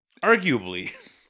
arguably